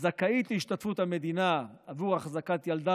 הזכאית להשתתפות המדינה עבור החזקת ילדה